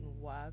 work